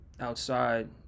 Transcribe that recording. outside